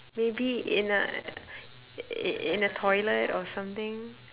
maybe in a i~ in a toilet or something